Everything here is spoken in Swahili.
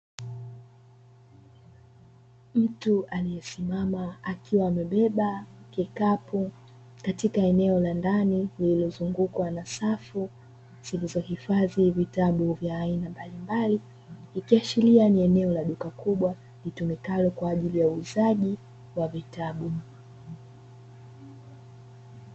Mtu aliyesimama akiwa amebeba kikapu katika eneo la ndani lililozungukwa na safu zilizohifadhi vitabu vya aina mbalimbali ikiashiria ni eneo la duka kubwa litumikayo kwa ajili ya uuzaji wa vitabu.